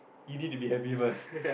you need to be happy first